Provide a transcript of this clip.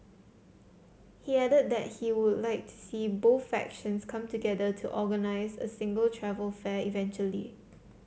he added that he would like to see both factions come together to organise a single travel fair eventually